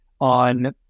on